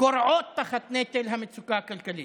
כורעות תחת נטל המצוקה הכלכלית,